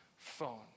phone